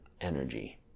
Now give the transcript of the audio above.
energy